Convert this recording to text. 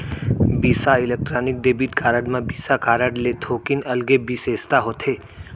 बिसा Electron debit card म Visa card ले थोकिन अलगे बिसेसता होथे